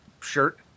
shirt